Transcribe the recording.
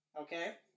okay